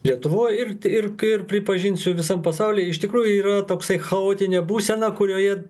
lietuvoj ir ir kai ir pripažinsiu visam pasauly iš tikrųjų yra toksai chaotinė būsena kurioje